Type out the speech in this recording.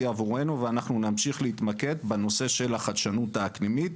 עבורנו ואנחנו נמשיך להתמקד בנושא החדשנות האקלימית.